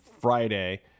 Friday